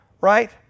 right